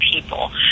people